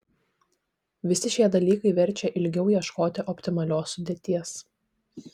visi šie dalykai verčia ilgiau ieškoti optimalios sudėties